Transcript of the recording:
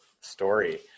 story